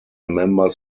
members